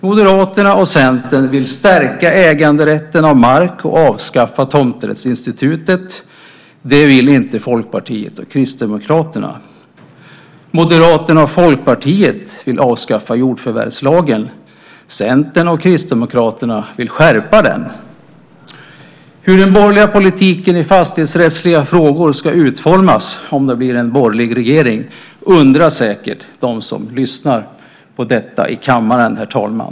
Moderaterna och Centern vill stärka äganderätten av mark och avskaffa tomträttsinstitutet. Det vill inte Folkpartiet och Kristdemokraterna. Moderaterna och Folkpartiet vill avskaffa jordförvärvslagen. Centern och Kristdemokraterna vill skärpa den. Hur den borgerliga politiken i fastighetsrättsliga frågor ska utformas om det blir en borgerlig regering undrar säkert de som lyssnar på detta i kammaren, herr talman.